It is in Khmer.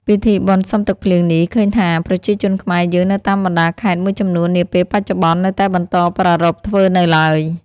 ពិធីបុណ្យសុំទឹកភ្លៀងនេះ ឃើញថាប្រជាជនខ្មែរយើងនៅតាមបណ្តាខេត្តមួយចំនួននាពេលបច្ចុប្បន្ននៅតែបន្តប្រារព្ធធ្វើនៅឡើយ ។